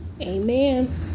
Amen